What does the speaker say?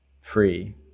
free